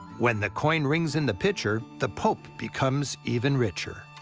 when the coin rings in the pitcher, the pope becomes even richer.